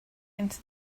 into